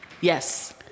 Yes